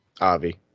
Avi